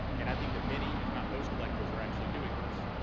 and i think that many, if not most collectors are actually doing this.